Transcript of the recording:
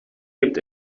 gibt